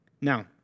Now